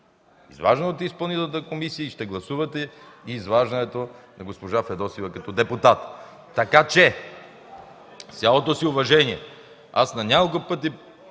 изваждане от Изпълнителната комисия, и ще гласувате изваждането на госпожа Фидосова като депутат. Така че с цялото си уважение аз на няколко пъти